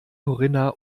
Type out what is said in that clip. corinna